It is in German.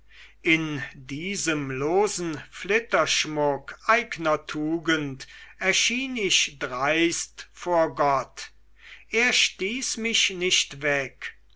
in diesem losen flitterschmuck eigner tugend erschien ich dreist vor gott er stieß mich nicht weg